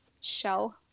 shell